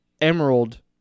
Emerald